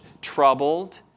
troubled